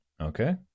Okay